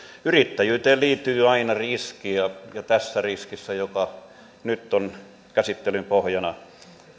yrittäjyyteen liittyy aina riski ja ja tässä riskissä joka nyt on käsittelyn pohjana